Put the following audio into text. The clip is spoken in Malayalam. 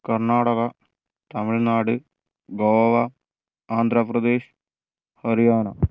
കർണ്ണാടക തമിഴ്നാട് ഗോവ ആന്ധ്രാപ്രദേശ് ഹരിയാന